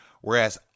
whereas